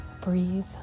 breathe